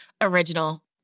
original